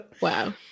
Wow